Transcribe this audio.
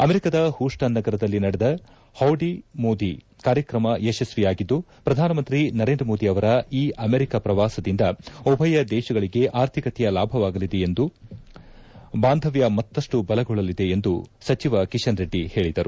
ಅಮೆರಿಕದ ಹೂಸ್ಟನ್ ನಗರದಲ್ಲಿ ನಡೆದ ಹೌಡಿ ಮೋಡಿ ಕಾರ್ಯಕ್ರಮ ಯಶಸ್ವಿಯಾಗಿದ್ದು ಪ್ರಧಾನಮಂತ್ರಿ ನರೇಂದ್ರ ಮೋದಿ ಅವರ ಈ ಅಮೆರಿಕ ಪ್ರವಾಸದಿಂದ ಉಭಯ ದೇಶಗಳಿಗೆ ಆರ್ಥಿಕತೆಯ ಲಾಭವಾಗಲಿದೆ ಬಾಂಧವ್ಯ ಮತ್ತಷ್ಟು ಬಲಗೊಳ್ಳಲಿದೆ ಎಂದು ಸಚಿವ ಕಿಶನ್ ರೆಡ್ಡಿ ಹೇಳಿದರು